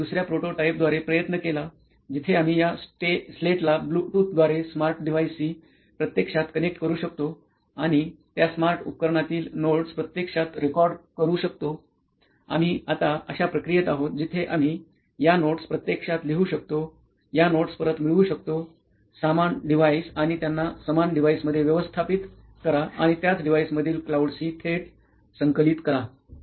मग आम्ही दुसर्या प्रोटोटाइपद्वारे प्रयत्न केला जिथे आम्ही या स्लेटला ब्लूटूथद्वारे स्मार्ट डिव्हाइसशी प्रत्यक्षात कनेक्ट करू शकतो आणि त्या स्मार्ट उपकरणातील नोट्स प्रत्यक्षात रेकॉर्ड करू शकतो आम्ही आता अशा प्रक्रियेत आहोत जिथे आम्ही या नोट्स प्रत्यक्षात लिहू शकतो या नोट्स परत मिळवू शकतो समान डिव्हाइस आणि त्यांना समान डिव्हाइसमध्ये व्यवस्थापित करा आणि त्याच डिव्हाइसमधील क्लाउडशी थेट संकालित करा